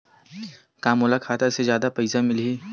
का मोला खाता से जादा पईसा मिलही?